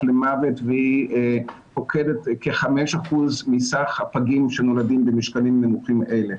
למוות והיא פוקדת כ-5% מסך הפגים שנולדים במשקלים הנמוכים האלה.